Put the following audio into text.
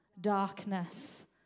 darkness